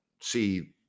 see